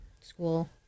school